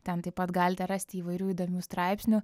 ten taip pat galite rasti įvairių įdomių straipsnių